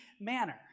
manner